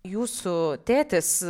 jūsų tėtis